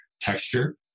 texture